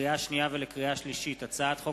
לקריאה שנייה ולקריאה שלישית: הצעת חוק